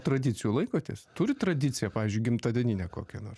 tradicijų laikotės turit tradiciją pavyzdžiui gimtadieninę kokią nors